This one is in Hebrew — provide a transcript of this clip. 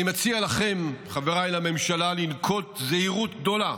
אני מציע לכם, חבריי בממשלה, לנקוט זהירות גדולה